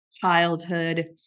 childhood